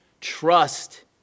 Trust